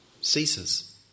ceases